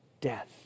death